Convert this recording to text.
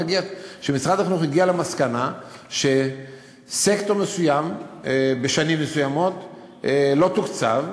שמשרד החינוך הגיע למסקנה שסקטור מסוים בשנים מסוימות לא תוקצב,